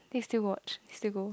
then you still watch still go